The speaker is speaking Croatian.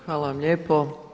Hvala vam lijepo.